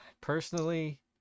personally